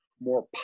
more